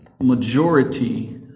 majority